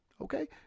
Okay